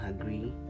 agree